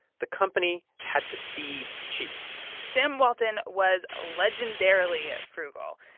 the company had to be cheap sam walton was legendarily frugal.